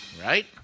Right